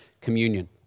communion